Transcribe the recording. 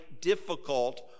difficult